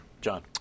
John